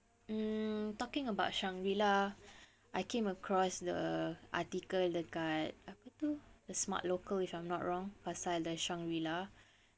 mm talking about shangri la I came across the article dekat apa tu the smart local if I'm not wrong pasal the shangri la